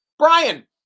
Brian